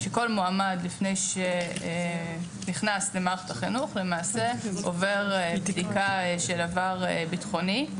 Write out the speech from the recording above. שכל מועמד לפני שנכנס למערכת החינוך למעשה עובר בדיקה של עבר ביטחוני.